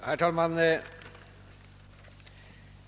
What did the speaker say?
Herr talman!